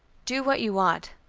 do what you ought,